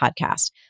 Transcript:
podcast